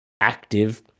active